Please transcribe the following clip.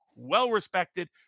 well-respected